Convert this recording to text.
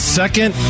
second